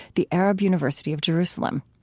the arab university of jerusalem.